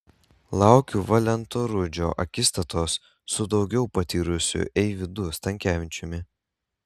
laukiu valento rudžio akistatos su daugiau patyrusiu eivydu stankevičiumi